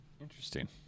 Interesting